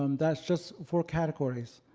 um that's just four categories.